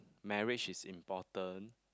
marriage is important